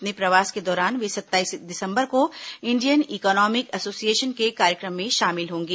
अपने प्रवास के दौरान वे सत्ताईस दिसंबर को इंडियन इकोनॉमिक एसोसिएशन के कार्यक्रम में शामिल होंगे